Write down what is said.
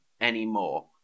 anymore